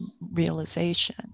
realization